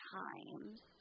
times